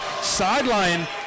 sideline